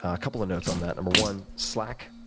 a couple of notes on that. number one, slack,